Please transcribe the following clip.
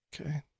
Okay